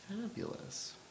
Fabulous